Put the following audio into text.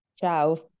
Ciao